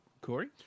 Corey